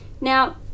now